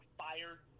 fired